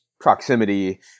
proximity